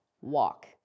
walk